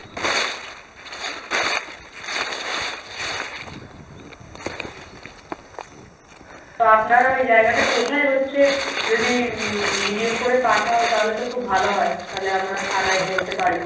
তো আপনারা ওই জায়গাটায় কোথায় হচ্ছে যদি ভিডিও করে পাঠাও তাহলে তো খুব ভালো হয় তাহলে আমরা থানায় বলতে পারি